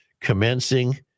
commencing